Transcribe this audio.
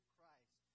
Christ